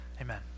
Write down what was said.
amen